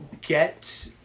get